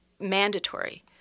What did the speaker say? mandatory